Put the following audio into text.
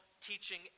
teaching